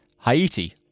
Haiti